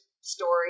story